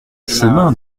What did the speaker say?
chemin